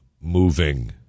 moving